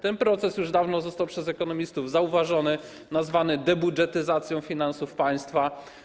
Ten proces już dawno został przez ekonomistów zauważony, nazwany debudżetyzacją finansów państwa.